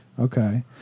Okay